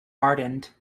hardened